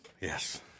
Yes